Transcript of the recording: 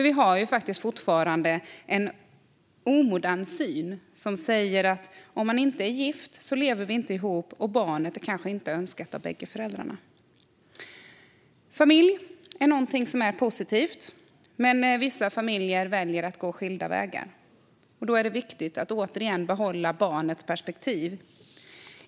Vi har faktiskt en omodern syn som säger att om föräldrarna inte är gifta lever man inte ihop och barnet kanske inte är önskat av båda föräldrarna. Familjen är något positivt, men i vissa familjer väljer man att gå skilda vägar. Då är det återigen viktigt att behålla barnets perspektiv.